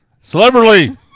Celebrity